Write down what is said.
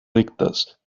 rectas